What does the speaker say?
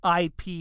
IP